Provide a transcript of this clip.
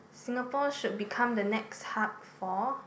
Singapore should become the next hub for